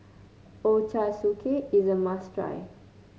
ochazuke is a must try